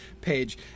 page